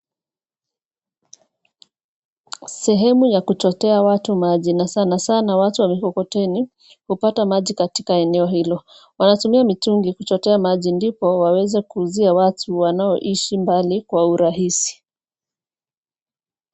Sehemu ya kuchotea watu maji na sanasana watu wa mikokoteni hupata maji katika eneo hilo. Wanatumia mitungi kuchotea maji ndipo waweze kuuzia watu wanaoishi mbali kwa urahisi.